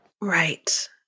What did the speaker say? Right